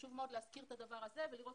חשוב מאוד להזכיר את הדבר הזה ולראות